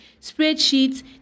spreadsheets